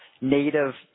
Native